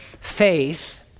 faith